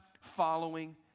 following